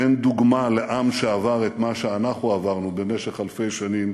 אין דוגמה לעם שעבר את מה שאנחנו עברנו במשך אלפי שנים,